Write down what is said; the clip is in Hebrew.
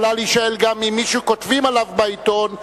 יכולה להישאל גם אם מי שכותבים עליו בעיתון יכול,